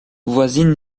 voisine